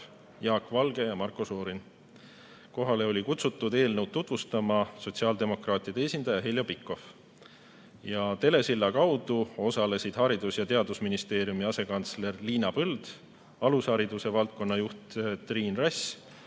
Jaak Valge ja Marko Šorin. Kohale oli kutsutud eelnõu tutvustama sotsiaaldemokraatide esindaja Heljo Pikhof. Telesilla kaudu osalesid Haridus‑ ja Teadusministeeriumi asekantsler Liina Põld, alushariduse valdkonna juht Triin Rass,